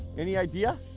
any idea?